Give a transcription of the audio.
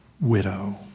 widow